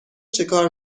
چکار